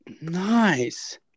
Nice